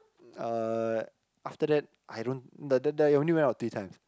uh after that I don't then then then I only went out three times